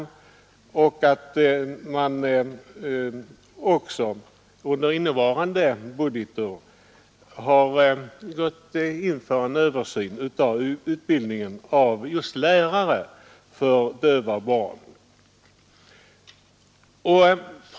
Vidare påpekar utskottet att man under innevarande år har gått in för en översyn av utbildningen av just lärare för döva barn.